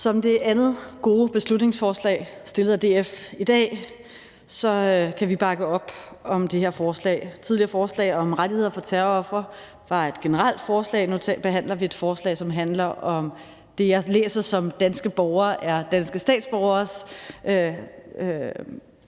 er det andet gode beslutningsforslag fra SF i dag, og vi kan bakke op om forslaget. Det tidligere forslag om rettigheder for terrorofre var et generelt forslag. Nu behandler vi et forslag om danske borgere – det, jeg læser som danske statsborgere